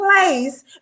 place